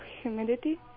humidity